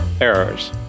errors